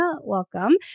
welcome